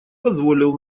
позволил